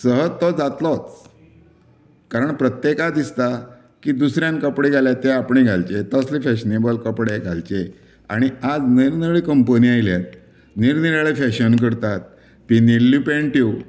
सहज तो जातलोच कारण प्रत्येका दिसता की दुसऱ्यान कपडे घाल्यात ते आपणें घालचें तसले फॅशनेबल कपडे घालचे आनी आज निरनिळ्यो कंपनी आयल्यात निरनिळे फॅशन करतात पिंनील्ल्यो पेंट्यो